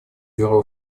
бюро